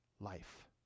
life